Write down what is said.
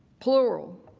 plural.